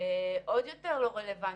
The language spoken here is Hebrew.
עוד יותר לא רלוונטי.